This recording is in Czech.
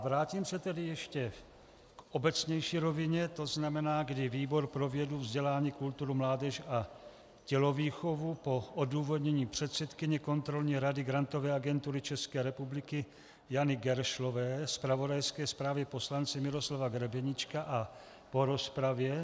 Vrátím se tedy ještě k obecnější rovině, tzn. kdy výbor pro vědu, vzdělání, kulturu, mládež a tělovýchovu po odůvodnění předsedkyně kontrolní rady Grantové agentury České republiky Jany Geršlové, zpravodajské zprávě poslance Miroslava Grebeníčka a po rozpravě